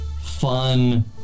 fun